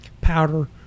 powder